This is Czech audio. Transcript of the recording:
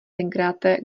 tenkráte